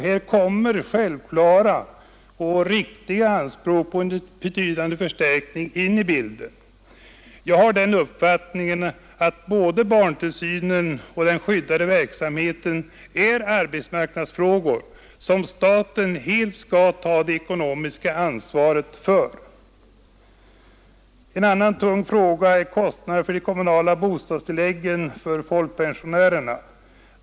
Här ställs självklara och berättigade anspråk på en betydande förstärkning. Jag har den uppfattningen att både barntillsynen och den skyddade verksamheten är arbetsmarknadsfrågor som staten helt skall ta det ekonomiska ansvaret för. En tung fråga är även kostnaderna för de kommunala bostadstilläggen till folkpensionärerna.